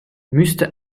müsste